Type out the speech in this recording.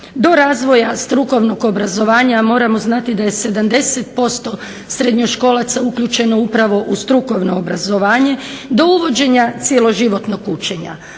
Do razvoja strukovnog obrazovanja moramo znati da je 70% srednjoškolaca uključeno upravo u strukovno obrazovanje do uvođenja cjeloživotnog učenja,